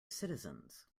citizens